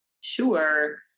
Sure